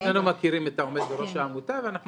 אנחנו שנינו מכירים את מי שעומד בראש העמותה ואנחנו